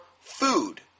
food